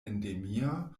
endemia